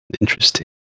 Interesting